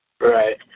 Right